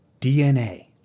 DNA